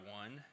one